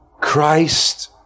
Christ